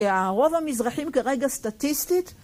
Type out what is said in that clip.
הרוב המזרחים כרגע סטטיסטית